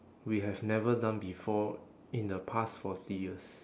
we have never done before in the past forty years